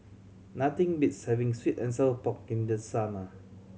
nothing beats having sweet and sour pork in the summer